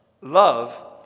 love